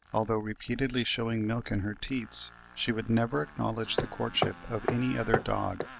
although repeatedly shewing milk in her teats, she would never acknowledge the courtship of any other dog,